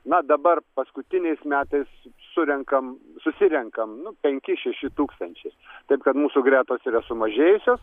na dabar paskutiniais metais surenkam susirenkam nu penki šeši tūkstančiai tai kad mūsų gretos yra sumažėjusios